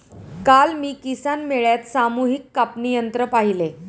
काल मी किसान मेळ्यात सामूहिक कापणी यंत्र पाहिले